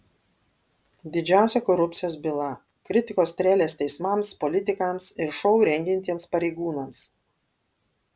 didžiausia korupcijos byla kritikos strėlės teismams politikams ir šou rengiantiems pareigūnams